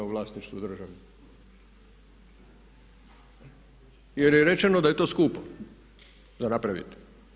u vlasništvu države jer je rečeno da je to skupo za napraviti.